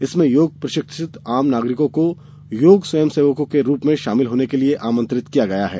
इसमें योग प्रशिक्षित आम नागरिकों को योग स्वयंसेवकों के रूप में शामिल होने के लिये आमंत्रित किया गया है